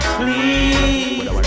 please